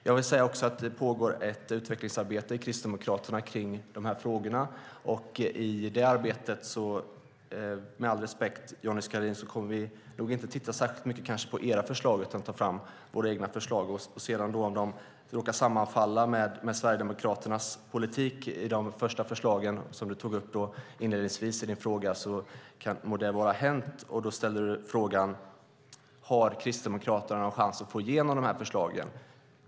Jag vill också säga att det pågår ett utvecklingsarbete i Kristdemokraterna kring de här frågorna. Med all respekt, Johnny Skalin, i det arbetet kommer vi nog inte att titta särskilt mycket på era förslag utan ta fram våra egna förslag. Det må vara hänt att de råkar sammanfalla med Sverigedemokraternas politik när det gäller de första förslagen, som du tog upp inledningsvis i din fråga. Du ställde då frågan: Har Kristdemokraterna någon chans att få igenom de här förslagen?